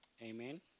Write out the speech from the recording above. Amen